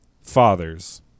fathers